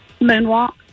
Moonwalk